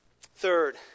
Third